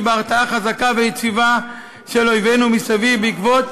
בהרתעה חזקה ויציבה של אויבינו מסביב בעקבות